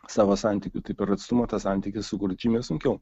savo santykių tai per atstumą tą santykį sukurt žymiai sunkiau